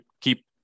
keep